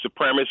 supremacist